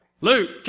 Luke